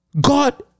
God